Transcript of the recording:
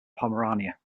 pomerania